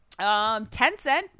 Tencent